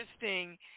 interesting